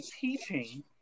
teaching